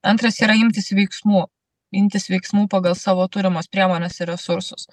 antras yra imtis veiksmų imtis veiksmų pagal savo turimas priemones ir resursus